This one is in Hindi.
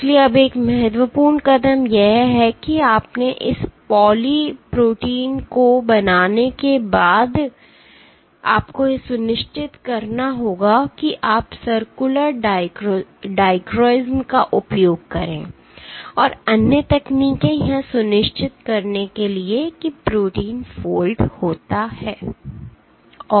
इसलिए अब एक महत्वपूर्ण कदम यह है कि आपने इस पॉली प्रोटीन को बनाने के बाद आपको यह सुनिश्चित करना होगा कि आप सर्कुलर डाइक्रोसिज़्म का उपयोग करें और अन्य तकनीकें यह सुनिश्चित करने के लिए कि प्रोटीन फोल्ड होता है और स्थिर है